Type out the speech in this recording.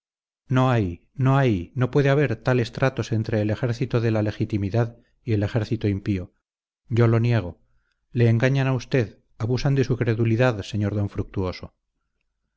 no hay no hay no puede haber tales tratos entre el ejército de la legitimidad y el ejército impío yo lo niego le engañan a usted abusan de su credulidad sr d fructuoso